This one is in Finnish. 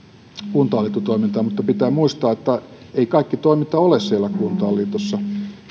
kuntahallintotoimintaan mutta pitää muistaa että ei kaikki toiminta ole siellä kuntain liitossa